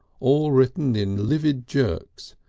all written in livid jerks,